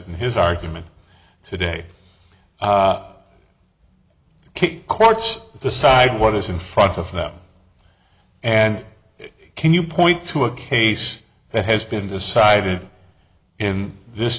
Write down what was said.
in his argument today courts decide what is in front of them and can you point to a case that has been decided in this